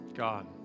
God